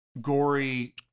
gory